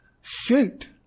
shoot